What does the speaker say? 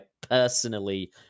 personally